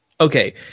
Okay